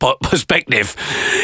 perspective